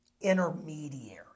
intermediary